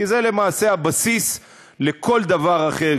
כי זה למעשה הבסיס לכל דבר אחר,